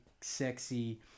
sexy